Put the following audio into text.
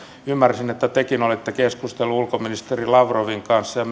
ymmärsin että tekin olette keskustellut ulkoministeri lavrovin kanssa